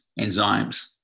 enzymes